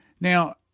Now